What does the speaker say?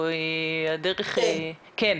כן.